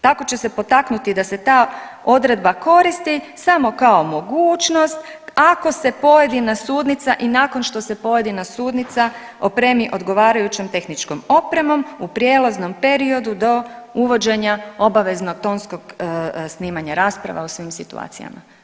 Tako će se potaknuti da se ta odredba koristi samo kao mogućnost ako se pojedina sudnica i nakon što se pojedina sudnica opremi odgovarajućom tehničkom opremom u prijelaznom periodu do uvođenja obaveznog tonskog snimanja rasprava u svim situacijama.